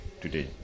today